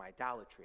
idolatry